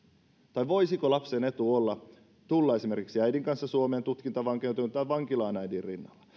tai voisiko lapsen etu olla tulla esimerkiksi äidin kanssa suomeen tutkintavankeuteen tai vankilaan äidin rinnalla